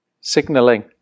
signaling